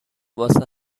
واسه